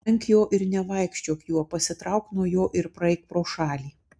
venk jo ir nevaikščiok juo pasitrauk nuo jo ir praeik pro šalį